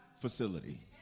facility